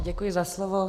Děkuji za slovo.